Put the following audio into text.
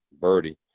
birdie